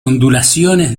ondulaciones